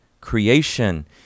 creation